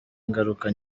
ingaruka